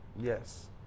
Yes